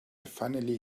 finally